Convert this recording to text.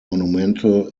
monumental